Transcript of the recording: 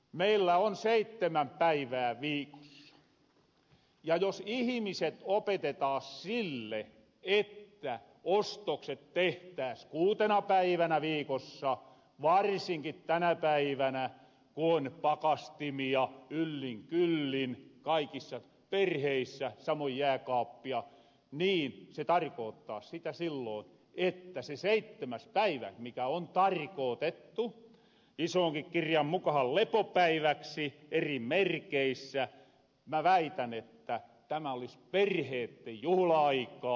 meillä on seittemän päivää viikossa ja jos ihimiset opetetaan siihen että ostokset tehtääs kuutena päivänä viikossa varsinki tänä päivänä ku on pakastimia yllin kyllin kaikissa perheissä samoin jääkaappia niin se tarkoottaas sitä silloon että se seittemäs päivä mikä on tarkootettu isonkin kirjan mukahan lepopäiväksi eri merkeissä mä väitän olis perheetten juhla aikaa